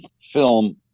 film